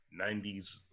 90s